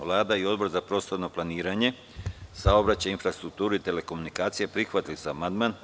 Vlada i Odbor za prostorno planiranje, saobraćaj, infrastrukturu i telekomunikacije prihvatili su amandman.